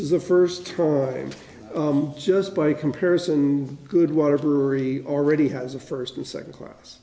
is the first time just by comparison the good water brewery already has a first and second class